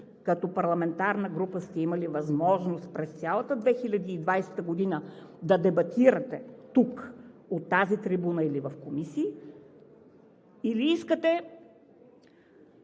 като парламентарна група сте имали възможност през цялата 2020 г. да дебатирате тук, от тази трибуна, или в комисии, или искате